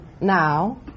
now